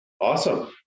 Awesome